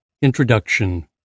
Introduction